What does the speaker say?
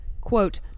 quote